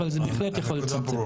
אבל זה בהחלט יכול לצמצם.